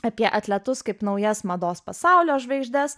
apie atletus kaip naujas mados pasaulio žvaigždes